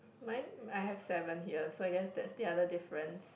mine I have seven here so I guess there's still other difference